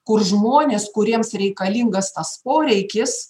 kur žmonės kuriems reikalingas tas poreikis